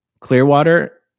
Clearwater